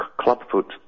clubfoot